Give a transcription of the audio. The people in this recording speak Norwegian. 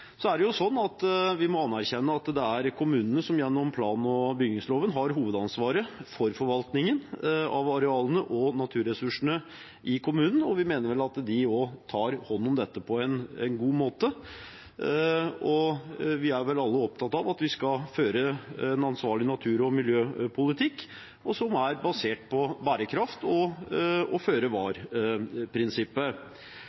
Vi må anerkjenne at det er kommunene som gjennom plan- og bygningsloven har hovedansvaret for forvaltningen av arealene og naturressursene i kommunen, og vi mener at de tar hånd om dette på en god måte. Vi er vel alle opptatt av at vi skal føre en ansvarlig natur- og miljøpolitikk som er basert på bærekraft og